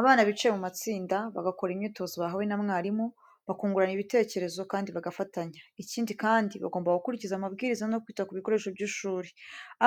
Abana bicaye mu matsinda, bagakora imyitozo bahawe na mwarimu, bakungurana ibitekerezo kandi bagafatanya. Ikindi kandi bagomba gukurikiza amabwiriza no kwita ku bikoresho by'ishuri.